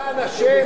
למען השם,